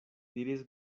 diris